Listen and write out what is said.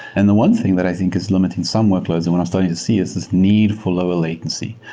and the one thing that i think is limiting some workloads and what i'm starting to see is this need for lower latency.